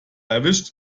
erwischt